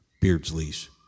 Beardsley's